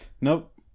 Nope